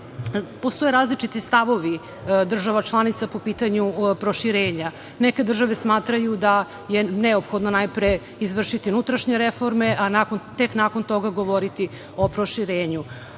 postoje različiti stavovi država članica po pitanju proširenja. Neke države smatraju da je neophodno najpre izvršiti unutrašnje reforme, a tek nakon toga govoriti o proširenju.